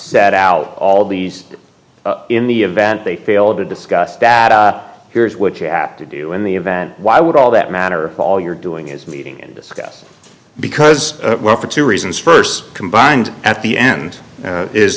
set out all these in the event they failed to discuss that here's what you have to do in the event why would all that matter all you're doing is meeting and discuss because well for two reasons st combined at the end